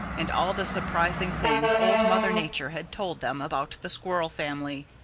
and all the surprising things old mother nature had told them about the squirrel family,